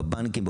לבנקים,